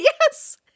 Yes